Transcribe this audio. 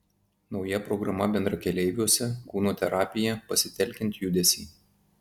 nauja programa bendrakeleiviuose kūno terapija pasitelkiant judesį